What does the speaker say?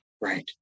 Right